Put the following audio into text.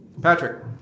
patrick